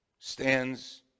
stands